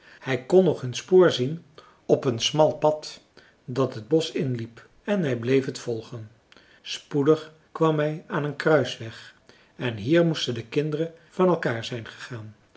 hij kon nog hun spoor zien op een smal pad dat het bosch inliep en hij bleef het volgen spoedig kwam hij aan een kruisweg en hier moesten de kinderen van elkaar zijn gegaan